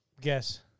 Guess